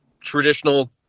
traditional